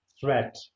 threat